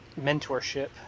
mentorship